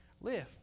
live